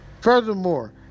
Furthermore